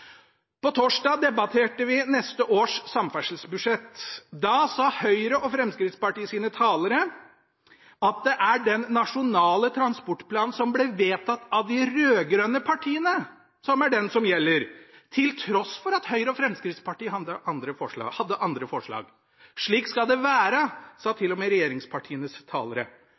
På torsdag debatterte vi neste års samferdselsbudsjett. Da sa Høyres og Fremskrittspartiets talere at det er den nasjonale transportplanen som ble vedtatt av de rød-grønne partiene, som er den som gjelder, til tross for at Høyre og Fremskrittspartiet hadde andre forslag. Slik skal det være, sa til og med regjeringspartienes talere.